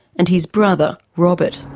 and his brother robert.